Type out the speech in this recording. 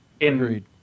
agreed